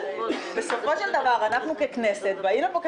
אני מדברת עלינו,